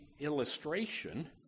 illustration